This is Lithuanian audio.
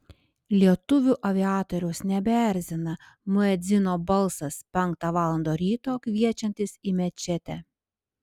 lietuvių aviatoriaus nebeerzina muedzino balsas penktą valandą ryto kviečiantis į mečetę